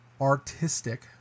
artistic